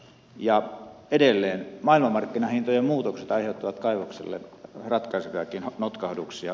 ja edelleen maailmanmarkkinahintojen muutokset aiheuttavat kaivoksille ratkaiseviakin notkahduksia